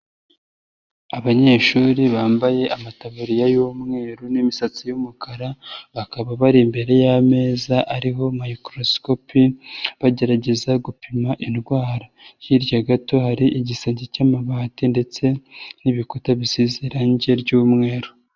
Abanyeshuri bambaye amataburiya y'umweru n'misatsi y'umukara, bakaba bari imbere y'ameza ariho microscope, bagerageza gupima indwara, hirya gato hari igisenge cy'amabati ndetse n'ibikuta bisize irange ry'umweru.